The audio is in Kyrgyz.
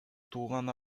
тууган